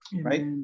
right